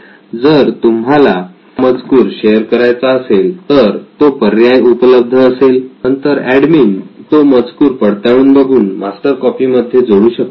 जर तुम्हाला हा मजकूर शेअर करायचा असेल तर तो पर्याय उपलब्ध असेल नंतर एडमिन तो मजकूर पडताळून बघून मास्टर कॉपी मध्ये जोडू शकतो